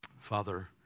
Father